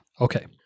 Okay